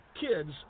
kids